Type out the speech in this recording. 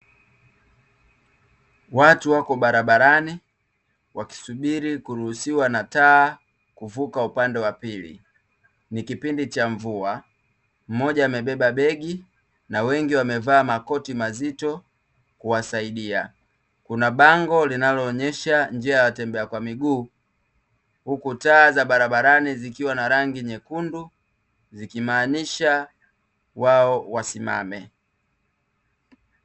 Watu wapo barabarani wakisubiri kuruhusiwa na taa kuvuka upande wa pili. Ni kipindi cha mvua, mmoja amebeba begi na wengi wamevaa makoti mazito kuwasaidia. Kuna bango linaloonyesha njia ya watembea kwa miguu, huku taa za barabarani zikiwa na rangi nyekundu zikimaanisha wao wasimame.